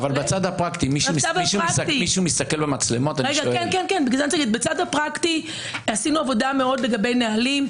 בצד הפרקטי עשינו עבודה מאוד לגבי נהלים.